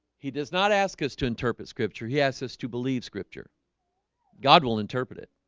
he does not ask us to interpret scripture, he asks us to believe scripture god will interpret it